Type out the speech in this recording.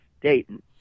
Dayton